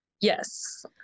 Yes